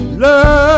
Love